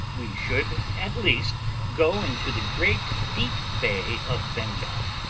we should at least go into the great deep bay of bengal.